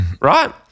Right